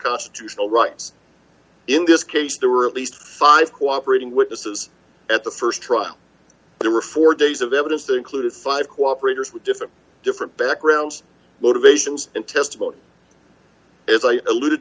constitutional rights in this case there were at least five cooperating witnesses at the st trial there were four days of evidence they included five cooperators with different different backgrounds motivations and testimony as i alluded